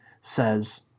says